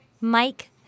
Mike